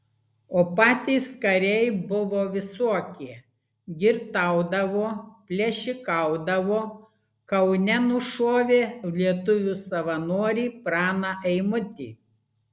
o patys kariai buvo visokie girtaudavo plėšikaudavo kaune nušovė lietuvių savanorį praną eimutį